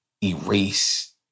erase